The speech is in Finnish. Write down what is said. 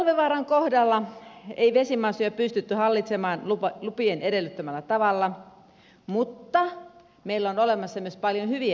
talvivaaran kohdalla ei vesimassoja pystytty hallitsemaan lupien edellyttämällä tavalla mutta meillä on olemassa myös paljon hyviä esimerkkejä